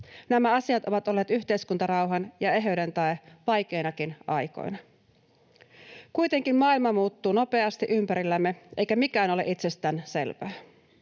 Nämä asiat ovat olleet yhteiskuntarauhan ja eheyden tae vaikeinakin aikoina. Kuitenkin maailma muuttuu nopeasti ympärillämme, eikä mikään ole itsestään selvää.